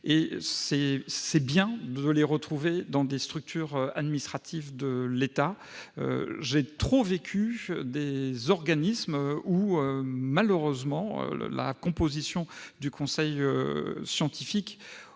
serait bon de les retrouver dans des structures administratives de l'État. J'ai trop connu d'organismes où, malheureusement, la composition du conseil scientifique